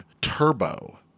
turbo